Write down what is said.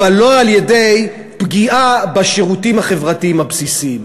אבל לא על-ידי פגיעה בשירותים החברתיים הבסיסיים.